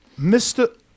Mr